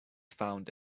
found